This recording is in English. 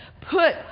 put